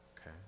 Okay